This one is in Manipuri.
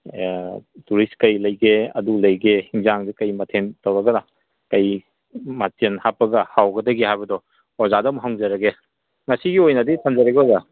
ꯇꯨꯔꯤꯁ ꯀꯩ ꯂꯩꯒꯦ ꯑꯗꯨ ꯂꯩꯒꯦ ꯍꯤꯟꯖꯥꯡꯗꯨ ꯀꯩ ꯃꯊꯦꯟ ꯇꯧꯔꯒꯅ ꯀꯩ ꯃꯊꯦꯟ ꯍꯥꯞꯄꯒ ꯍꯥꯎꯒꯗꯒꯦ ꯍꯥꯏꯕꯗꯣ ꯑꯣꯖꯥꯗ ꯑꯃꯨꯛ ꯍꯪꯖꯔꯒꯦ ꯉꯁꯤꯒꯤ ꯑꯣꯏꯅꯗꯤ ꯊꯝꯖꯔꯒꯦ ꯑꯣꯖꯥ